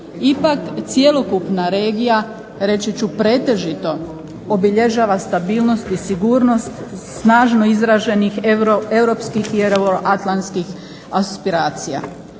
Ipak, cjelokupna regija reći ću pretežito obilježava stabilnost i sigurnost snažno izraženih europskih i euroatlantskih aspiracija.